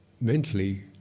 mentally